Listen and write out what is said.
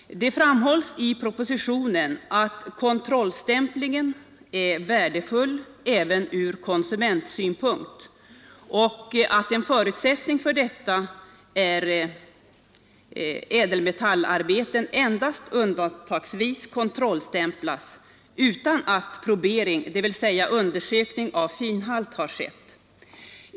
Det framhålles i propositionen att kontrollstämplingen är värdefull även från konsumentsynpunkt och att en förutsättning för detta är att ädelmetallarbeten endast undantagsvis kontrollstämplas utan att probering, dvs. undersökning av finhalt, har skett.